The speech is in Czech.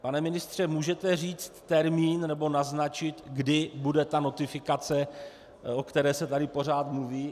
Pane ministře, můžete říct termín, nebo naznačit, kdy bude ta notifikace, o které se tady pořád mluví?